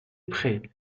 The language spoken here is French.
prés